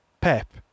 Pep